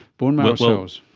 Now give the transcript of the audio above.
bone marrow cells?